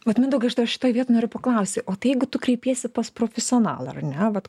vat mindaugai aš tada šitoj vietoj noriu paklausti o tai jeigu tu kreipiesi pas profesionalą ar ne vat